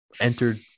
Entered